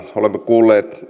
kuulleet